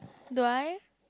do I